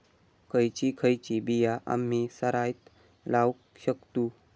खयची खयची बिया आम्ही सरायत लावक शकतु?